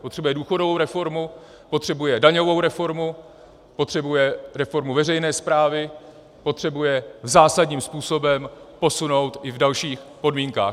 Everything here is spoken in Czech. Potřebuje důchodovou reformu, potřebuje daňovou reformu, potřebuje reformu veřejné správy, potřebuje zásadním způsobem posunout i v dalších podmínkách.